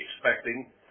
expecting